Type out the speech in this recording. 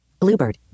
Bluebird